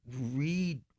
read